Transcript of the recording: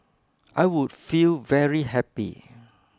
I would feel very happy